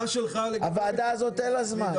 לוועדה הזאת אין זמן.